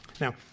Now